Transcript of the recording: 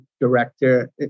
director